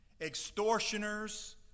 extortioners